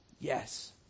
Yes